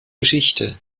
geschichte